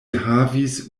havis